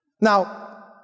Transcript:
Now